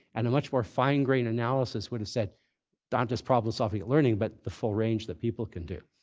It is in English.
and a much more fine-grained analysis would have said not just problem solving and learning, but the full range that people can do.